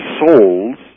souls